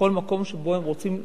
כל מקום שבו הם רוצים לשבת,